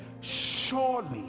surely